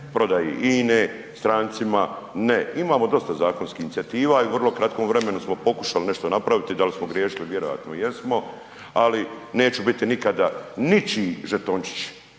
prodaji INA-e strancima, ne, imamo dosta zakonskih inicijativa i u vrlo kratkom vremenu smo pokušali nešto napraviti i dal smo griješili, vjerojatno jesmo, ali neću biti nikada ničiji žetončić,